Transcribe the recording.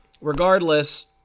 regardless